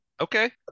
Okay